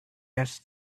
asked